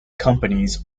companies